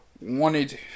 wanted